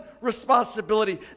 responsibility